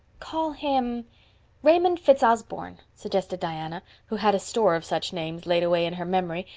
call him raymond fitzosborne, suggested diana, who had a store of such names laid away in her memory,